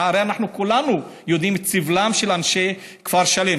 הרי כולנו יודעים את סבלם של אנשי כפר שלם,